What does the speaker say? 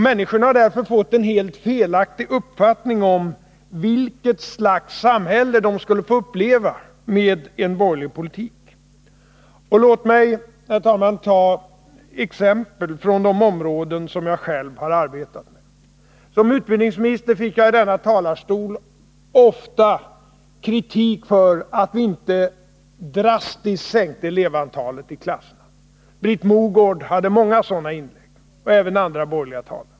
Människorna har därför fått en helt felaktig uppfattning om vilket slags samhälle de skulle få uppleva med en borgerlig politik. Låt mig, herr talman, ta exempel från de områden där jag själv har arbetat. Som utbildningsminister fick jag från denna talarstol ofta kritik för att vi inte drastiskt sänkte elevantalet i klasserna. Britt Mogård, och även andra borgerliga talare, hade många sådana inlägg.